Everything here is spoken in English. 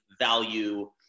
value